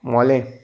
मोले